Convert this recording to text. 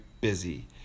busy